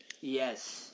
Yes